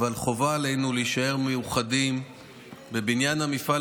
אבל חובה עלינו להישאר מאוחדים בבניין המפעל